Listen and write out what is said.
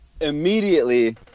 immediately